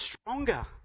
stronger